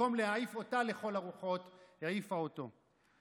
במקום להעיף אותה לכל הרוחות, היא העיפה אותו.